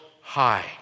high